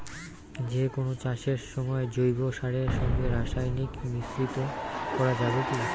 যে কোন চাষের সময় জৈব সারের সঙ্গে রাসায়নিক মিশ্রিত করা যাবে কি?